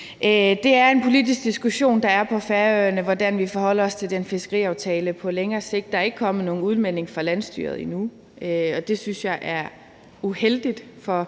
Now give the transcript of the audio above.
Det er en politisk diskussion på Færøerne, hvordan vi forholder os til den fiskeriaftale på længere sigt. Der er ikke kommet nogen udmelding fra landsstyret endnu, og det synes jeg er uheldigt for